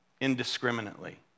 Indiscriminately